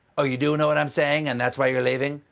oh, you do know what i'm saying, and that's why you're leaving?